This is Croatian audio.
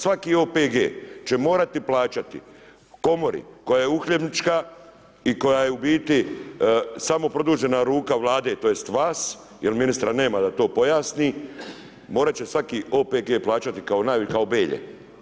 Svaki OPG će morati plaćati komori koja je uhljebnička i koja je u biti samo produžena ruka Vlade, tj. vas jer ministra nema da to pojasni, morat će svaki OPG plaćati kao Belje.